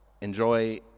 enjoy